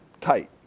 tight